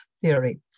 theory